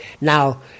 now